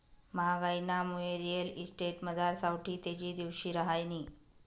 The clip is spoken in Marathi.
म्हागाईनामुये रिअल इस्टेटमझार सावठी तेजी दिवशी रहायनी